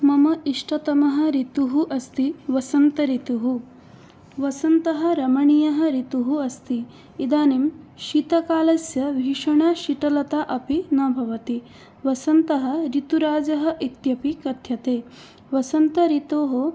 मम इष्टतमः ऋतुः अस्ति वसन्त ऋतुः वसन्तः रमणीयः ऋतुः अस्ति इदानीं शीतकालस्य भीषणशीतलता अपि न भवति वसन्तः ऋतुराजः इत्यपि कथ्यते वसन्त ऋतोः